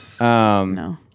No